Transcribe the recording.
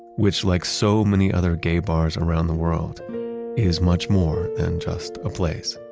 which like so many other gay bars around the world is much more than just a place